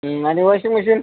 आणि washing machine